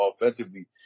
offensively